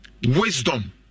Wisdom